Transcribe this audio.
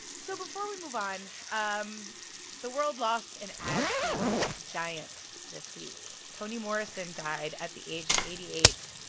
so before we move on, um the world lost an absolute giant this week. toni morrison died at the age of eighty eight.